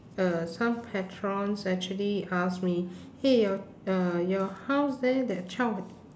uh some patrons actually ask me eh your uh your house there that